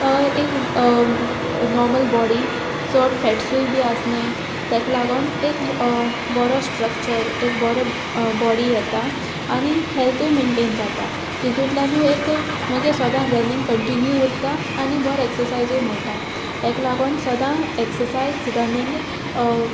एक normal body चड फेट्सूय बी आसनाय तेका लागोन एक बरो स्ट्रक्चर एक बरो बॉडी येता आनी हेल्थूय मेनटेन जाता तितूंतल्यानूय एक मागीर सोदां रनिंग कंटिन्यू उरता आनी बोरो एक्सरसायजूय मेळटा हाका लागोन सोदां एक्ससायज रनींग